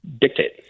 dictate